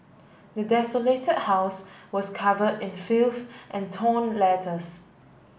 the desolate house was cover in filth and torn letters